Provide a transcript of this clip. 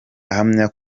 ahamya